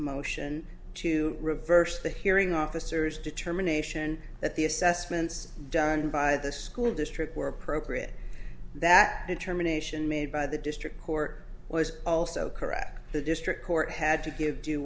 motion to reverse the hearing officers determination that the assessments done by the school district were appropriate that determination made by the district court was also correct the district court had to give d